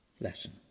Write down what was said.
lesson